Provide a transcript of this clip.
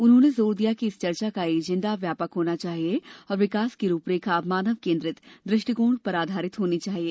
उन्हों ने जोर दिया कि इस चर्चा का एजेंडा व्यापक होना चाहिए और विकास की रूपरेखा मानव केंद्रित दृष्टिकोण पर आधारित होनी चाहिए